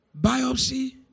biopsy